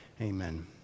Amen